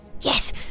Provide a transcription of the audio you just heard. Yes